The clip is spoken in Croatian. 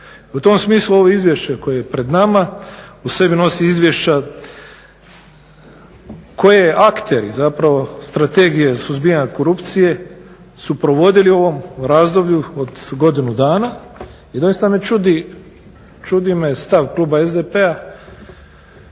u tom smislu ovo izvješće koje je pred nama u sebi nosi izvješća koje aktere zapravo Strategije suzbijanja korupcije su provodili u ovom razdoblju od godinu dana. I doista me čudi, čudi me stav kluba SDP-a